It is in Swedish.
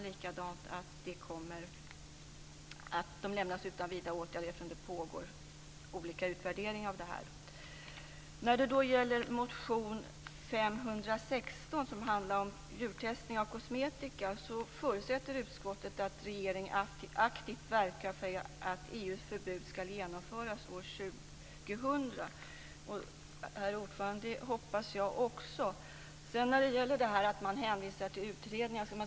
Motionerna lämnas alltså utan vidare åtgärd eftersom olika utvärderingar pågår. Jag hoppas att så sker. Man hänvisar således till utredningar.